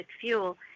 fuel